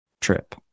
trip